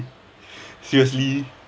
seriously